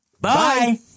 bye